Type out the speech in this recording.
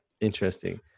Interesting